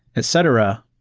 etc,